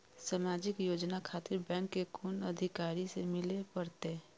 समाजिक योजना खातिर बैंक के कुन अधिकारी स मिले परतें?